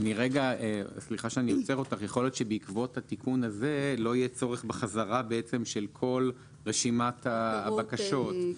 יכול להיות שבעקבות התיקון הזה לא יהיה צורך בחזרה של כל רשימת הבקשות.